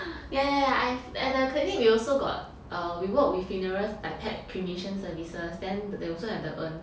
ya ya ya I've at the clinic we also got err we work with funerals like pet cremation services then they also have the urn